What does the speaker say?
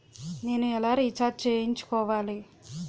నేను ఎలా రీఛార్జ్ చేయించుకోవాలి?